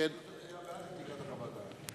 את חוות הדעת,